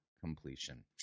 completion